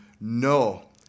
No